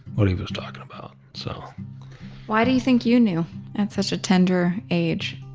what he was talking about. so why do you think you knew at such a tender age?